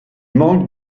manque